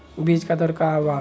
बीज दर का वा?